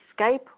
Skype